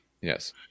Yes